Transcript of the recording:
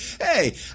Hey